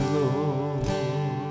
Lord